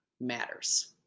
matters